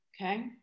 Okay